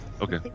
Okay